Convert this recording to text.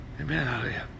Amen